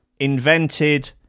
invented